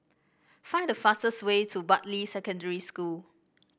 find the fastest way to Bartley Secondary School